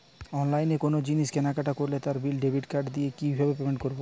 অনলাইনে কোনো জিনিস কেনাকাটা করলে তার বিল ডেবিট কার্ড দিয়ে কিভাবে পেমেন্ট করবো?